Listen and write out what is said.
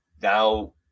Now